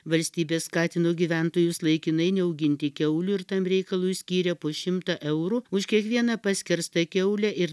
valstybė skatino gyventojus laikinai neauginti kiaulių ir tam reikalui skyrė po šimtą eurų už kiekvieną paskerstą kiaulę ir